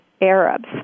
Arabs